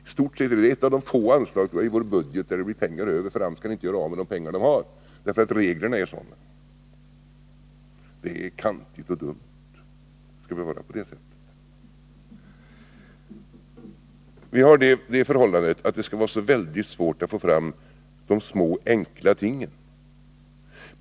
I stort sett är det här ett av de få anslag i vår budget där det blir pengar över, för AMS kan inte göra av med de pengar man har för detta därför att reglerna är sådana. Det är kantigt och dumt. Inte skall det behöva vara på det sättet. Vi har det förhållandet att det är så väldigt svårt att få fram de små, enkla tingen.